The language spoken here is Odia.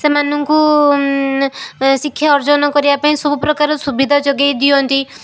ସେମାନଙ୍କୁ ଶିକ୍ଷା ଅର୍ଜନ କରିବା ପାଇଁ ସବୁ ପ୍ରକାର ସୁବିଧା ଯୋଗାଇ ଦିଅନ୍ତି